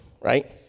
right